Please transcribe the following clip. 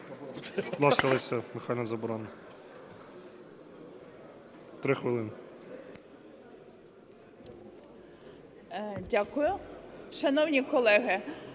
Дякую. Шановні колеги,